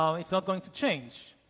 um it's not going to change,